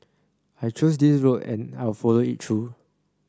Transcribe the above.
I chose this road and I'll follow it through